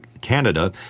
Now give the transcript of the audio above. Canada